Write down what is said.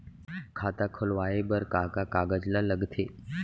खाता खोलवाये बर का का कागज ल लगथे?